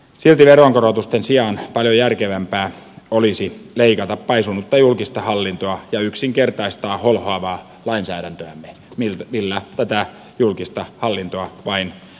silti veronkorotusten sijaan paljon järkevämpää olisi leikata paisunutta julkista hallintoa ja yksinkertaistaa holhoavaa lainsäädäntöämme millä tätä julkista hallintoa vain paisutetaan